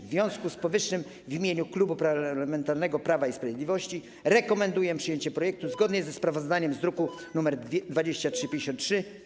W związku z powyższym w imieniu Klubu Parlamentarnego Prawa i Sprawiedliwości rekomenduję przyjęcie projektu zgodnie ze sprawozdaniem z druku nr 2353.